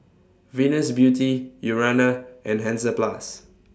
Venus Beauty Urana and Hansaplast